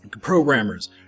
programmers